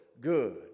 good